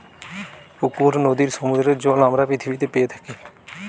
পুকুর, নদীর, সমুদ্রের জল আমরা পৃথিবীতে পেয়ে থাকি